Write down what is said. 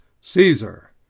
Caesar